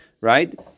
right